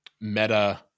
Meta